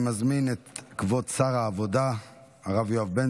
אני מזמין את כבוד שר העבודה הרב יואב בן